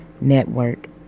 Network